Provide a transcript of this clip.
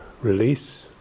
release